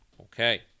Okay